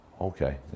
Okay